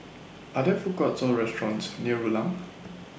Are There Food Courts Or restaurants near Rulang